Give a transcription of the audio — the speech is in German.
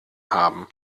haben